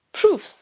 proofs